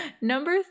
Number